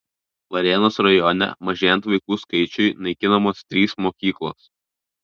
varėnos rajone mažėjant vaikų skaičiui naikinamos trys mokyklos